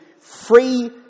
free